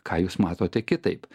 ką jūs matote kitaip